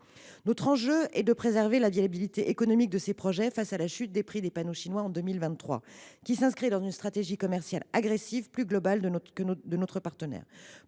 L’enjeu est de préserver la viabilité économique de ces projets face à la chute des prix des panneaux chinois enregistrée en 2023, qui s’inscrit dans une stratégie commerciale agressive plus globale de notre partenaire.